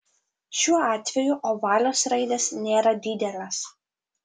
šiuo atveju ovalios raidės nėra didelės